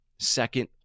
Second